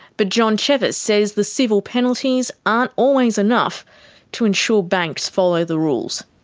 but john chevis says the civil penalties aren't always enough to ensure banks follow the rules.